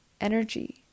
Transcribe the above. energy